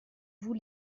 vous